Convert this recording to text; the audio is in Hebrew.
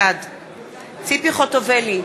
בעד ציפי חוטובלי,